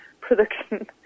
production